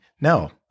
no